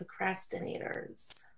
procrastinators